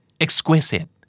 Exquisite